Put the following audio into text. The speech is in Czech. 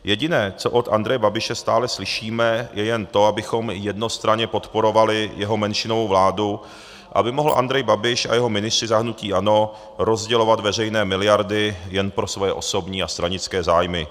Jediné, co od Andreje Babiše stále slyšíme, je jen to, abychom jednostranně podporovali jeho menšinovou vládu, aby mohl Andrej Babiš a jeho ministři za hnutí ANO rozdělovat veřejné miliardy jen pro svoje osobní a stranické zájmy.